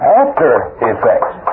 after-effects